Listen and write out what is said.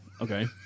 Okay